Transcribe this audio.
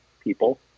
people